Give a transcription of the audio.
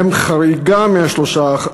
הם חריגה מה-3%,